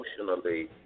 emotionally